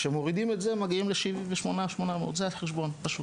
כשמורידים את זה מגיעים ל-78.8, זה החשבון, פשוט.